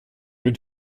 une